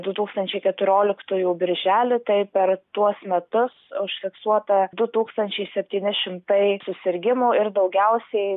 du tūkstančiai keturiolikųjų birželį tai per tuos metus užfiksuota du tūkstančiai septyni šimtai susirgimų ir daugiausiai